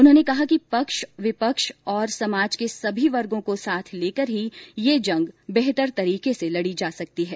उन्होंने कहा कि पक्ष विपक्ष और समाज के सभी वर्गों को साथ लेकर ही यह जंग बेहतर तरीके से लड़ी जा सकती है